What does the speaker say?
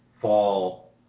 fall